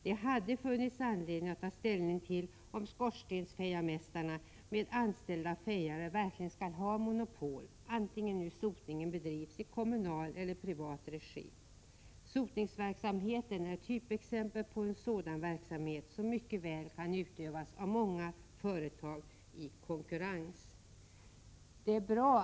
Det hade funnits anledning att ta ställning till om skorstensfejarmästarna med anställda fejare verkligen skall ha monopol, vare sig sotningen bedrivs i kommunal eller privat regi. Sotningsverksamheten är ett typexempel på en verksamhet som mycket väl kan utövas av många företag i konkurrens med varandra.